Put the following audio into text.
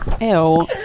Ew